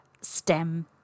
STEM